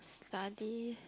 study